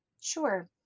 Sure